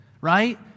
right